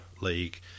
league